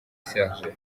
serge